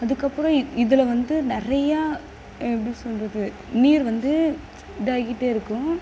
அதுக்கப்புறம் இதில் வந்து நிறையா எப்படி சொல்றது நீர் வந்து இதாகிக்கிட்டே இருக்கும்